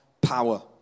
power